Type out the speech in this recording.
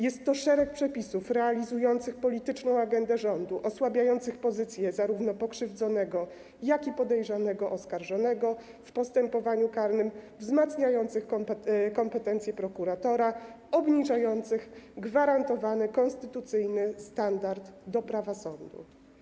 Jest to szereg przepisów realizujących polityczną agendę rządu, osłabiających pozycję zarówno pokrzywdzonego, jak i podejrzanego, oskarżonego w postępowaniu karnym, wzmacniających kompetencje prokuratora, obniżających gwarantowany, konstytucyjny standard prawa do sądu.